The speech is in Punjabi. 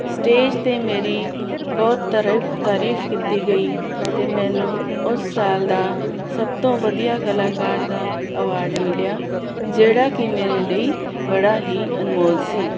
ਸਟੇਜ ਦੇ ਮੇਰੀ ਬਹੁਤ ਤਰੀਫ ਤਾਰੀਫ ਕੀਤੀ ਗਈ ਤੇ ਮੈਨੂੰ ਉਸ ਸਾਲ ਦਾ ਸਭ ਤੋਂ ਵਧੀਆ ਕਲਾਕਾਰ ਦਾ ਅਵਾਰਡ ਮਿਲਿਆ ਜਿਹੜਾ ਕਿ ਮੇਰੇ ਲਈ ਬੜਾ ਹੀ ਅਨਮੋਲ ਸੀ